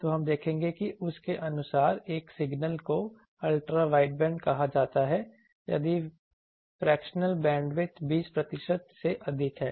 तो हम देखेंगे कि उस के अनुसार एक सिग्नल को अल्ट्रा वाइडबैंड कहा जाता है यदि फ्रैक्शनल बैंडविड्थ 20 प्रतिशत से अधिक है